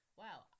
wow